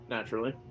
Naturally